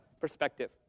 perspective